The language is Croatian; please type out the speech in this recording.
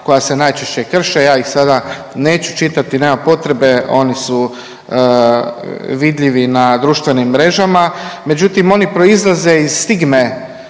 koja se najčešće krše, ja ih sada neću čitati nema potrebe oni su vidljivi na društvenim mrežama, međutim oni proizlaze iz stigme